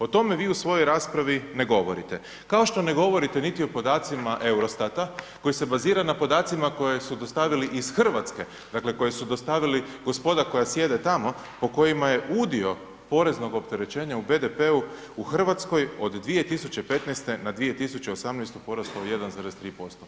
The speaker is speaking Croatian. O tome vi u svojoj raspravi ne govorite kao što ne govorite niti o podacima EUROTAT-a koji se baziraju na podacima koje dostavili iz Hrvatske, dakle koje su dostavili gospoda koja sjede tamo po kojima je udio poreznog opterećenja u BDP-u u Hrvatskoj od 2015. na 2018. porastao 1,3%